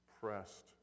pressed